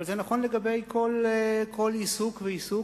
אבל זה נכון לגבי כל עיסוק ועיסוק.